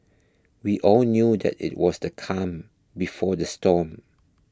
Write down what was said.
we all knew that it was the calm before the storm